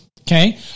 okay